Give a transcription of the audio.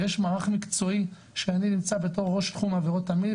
ויש מערך מקצועי שאני נמצא בתור ראש תחום העבירות המין,